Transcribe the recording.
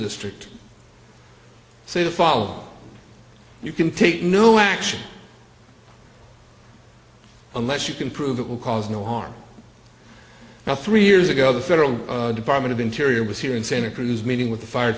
district say the following you can take no action unless you can prove that will cause no harm now three years ago the federal department of interior was here in santa cruz meeting with the fire